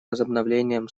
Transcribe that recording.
возобновлением